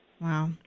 Wow